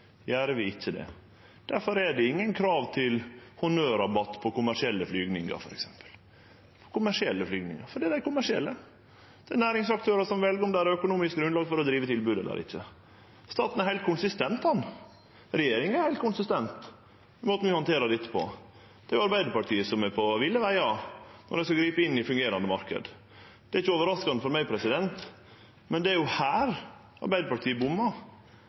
vi ikkje det. Difor er det ingen krav til honnørrabatt på f.eks. kommersielle flygingar – fordi dei er kommersielle. Det er næringsaktørar som vel om det er økonomisk grunnlag for å drive tilbodet eller ikkje. Staten er heilt konsistent og regjeringa er heilt konsistent i måten vi handterer dette på. Det er Arbeidarpartiet som er på ville vegar når dei skal gripe inn i fungerande marknadar. Det er ikkje overraskande for meg, men det er jo her Arbeidarpartiet bommar,